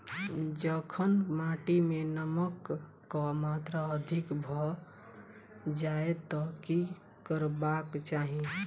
जखन माटि मे नमक कऽ मात्रा अधिक भऽ जाय तऽ की करबाक चाहि?